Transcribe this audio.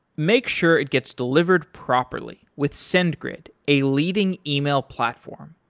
make sure it gets delivered properly with centigrade a leading email platform.